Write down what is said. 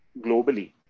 globally